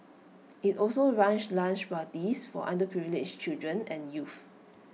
IT also runs lunch parties for underprivileged children and youth